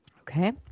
Okay